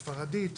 ספרדית,